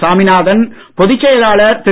சாமிநாதன் பொதுச்செயலாளர் திரு